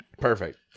Perfect